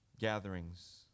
gatherings